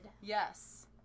Yes